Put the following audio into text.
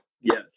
Yes